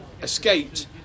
escaped